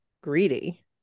greedy